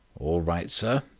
all right, sir,